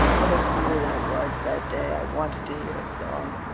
what a fool i was that day i wanted to hear its song!